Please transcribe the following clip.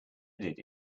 did